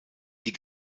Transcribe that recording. die